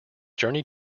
journey